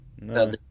no